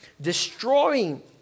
destroying